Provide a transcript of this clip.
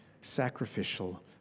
sacrificial